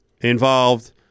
involved –